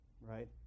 right